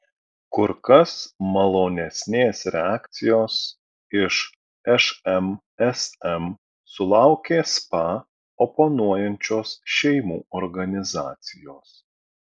kur kas malonesnės reakcijos iš šmsm sulaukė spa oponuojančios šeimų organizacijos